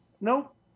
Nope